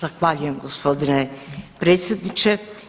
Zahvaljujem gospodine predsjedniče.